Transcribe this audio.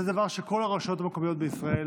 זה דבר שכל הרשויות המקומיות בישראל